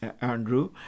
Andrew